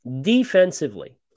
defensively